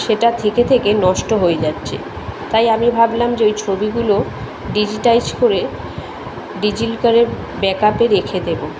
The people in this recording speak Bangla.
সেটা থেকে থেকে নষ্ট হয়ে যাচ্ছে তাই আমি ভাবলাম যে ওই ছবিগুলো ডিজিটাইজ করে করে ব্যাকআপে রেখে দেব